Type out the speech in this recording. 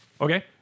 Okay